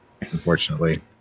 Unfortunately